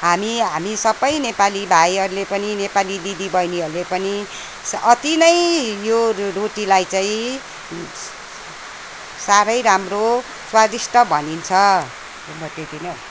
हामी हामी सबै नेपाली भाइहरूले पनि नेपाली दिदीबहिनीहरूले पनि अत्ति नै यो रोटीलाई चाहिँ साह्रै राम्रो स्वादिष्ट भनिन्छ म त्यत्ति नै भन्छु